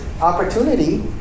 opportunity